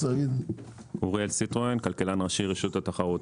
אוריאל סיטרואן, כלכלן ראשי, רשות התחרות.